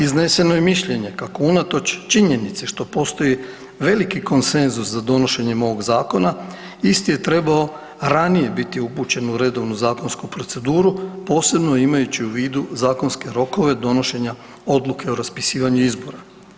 Izneseno je mišljenje kako unatoč činjenici što postoji veliki konsenzus za donošenjem ovog zakona isti je trebao ranije biti upućen u redovnu zakonsku proceduru posebno imajući u vidu zakonske rokove donošenja odluke o raspisivanju izbora.